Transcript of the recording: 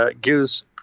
gives